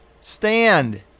stand